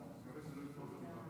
תזכיר לנו את זה.